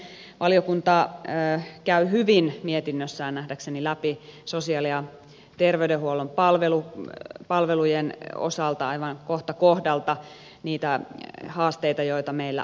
valiokunta nähdäkseni käy hyvin mietinnössään läpi sosiaali ja terveydenhuollon palvelujen osalta aivan kohta kohdalta niitä haasteita joita meillä on